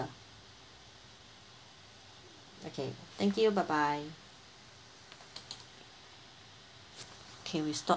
okay thank you bye bye K we stop